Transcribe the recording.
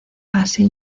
así